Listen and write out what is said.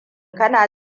kana